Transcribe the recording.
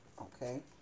Okay